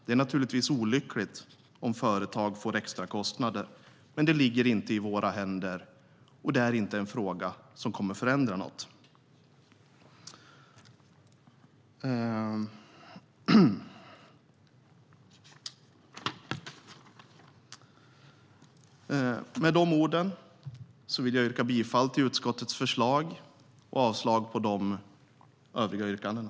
Det är naturligtvis olyckligt om företag får extrakostnader, men det ligger inte i våra händer och är inte en fråga som kommer att förändra något. Med dessa ord vill jag yrka bifall till utskottets förslag och avslag på de övriga yrkandena.